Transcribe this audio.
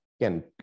Again